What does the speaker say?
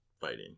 fighting